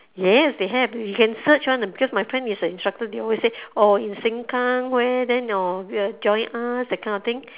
yes they have you can search [one] because my friend is an instructor they always say oh in sengkang where then orh will join us that kind of things